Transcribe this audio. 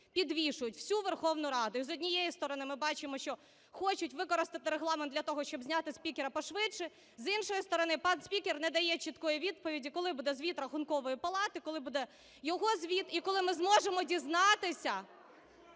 підвішують, всю Верховну Раду. І з однієї сторони, ми бачимо, що хочуть використати Регламент для того, щоб зняти спікера по швидше. З іншої сторони пан спікер не дає чіткої відповіді, коли буде звіт Рахункової палати, коли буде його звіт і коли ми зможемо дізнатися,